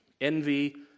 Envy